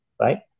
right